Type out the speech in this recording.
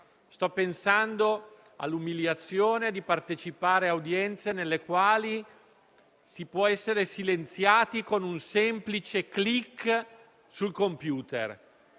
come all'umiliazione di partecipare a udienze nelle quali si può essere silenziati con un semplice *click* sul computer.